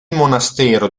monastero